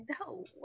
No